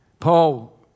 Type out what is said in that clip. Paul